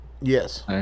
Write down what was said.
Yes